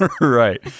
Right